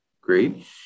great